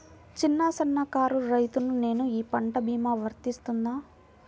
చిన్న సన్న కారు రైతును నేను ఈ పంట భీమా వర్తిస్తుంది?